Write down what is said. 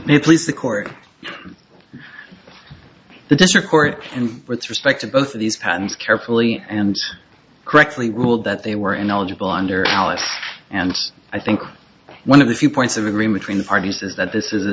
may please the court the district court and with respect to both of these patents carefully and correctly ruled that they were ineligible under allen and i think one of the few points of agreement in the parties is that this is a